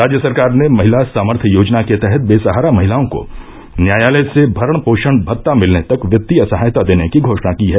राज्य सरकार ने महिला सामर्थ्य योजना के तहत वेसहारा महिलाओं को न्यायालय से भरण पोषण भत्ता मिलने तक वित्तीय सहायता देने की घोषणा की है